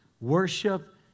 worship